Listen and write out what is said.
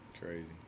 Crazy